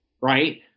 right